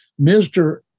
Mr